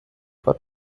for